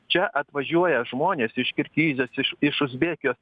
čia atvažiuoja žmonės iš kirgizijos iš iš uzbekijos